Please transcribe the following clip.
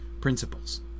principles